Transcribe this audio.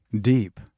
deep